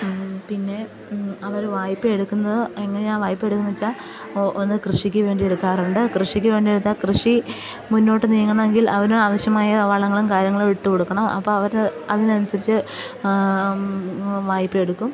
പിന്നെ അവർ വായ്പ എടുക്കുന്നത് എങ്ങനെയാണ് ആ വായ്പ എടുക്കുന്നത് വെച്ചാൽ ഒന്നു കൃഷിക്കു വേണ്ടി എടുക്കാറുണ്ട് കൃഷിക്കു വേണ്ടി എടുത്ത കൃഷി മുന്നോട്ടു നീങ്ങണമെങ്കിൽ അതിനും ആവശ്യമായ വളങ്ങളും കാര്യങ്ങളും ഇട്ടു കൊടുക്കണം അപ്പം അവർ അതിനനുസരിച്ച് വായ്പ എടുക്കും